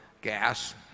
gas